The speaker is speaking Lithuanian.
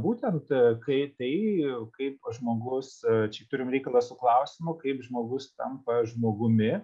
būtent kai tai kaip žmogus čia turim reikalą su klausimu kaip žmogus tampa žmogumi